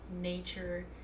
nature